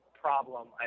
problem